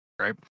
right